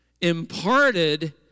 imparted